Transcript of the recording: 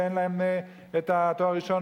אין להם תואר ראשון,